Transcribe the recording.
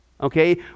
okay